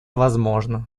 возможно